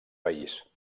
país